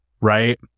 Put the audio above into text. right